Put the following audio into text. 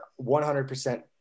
100%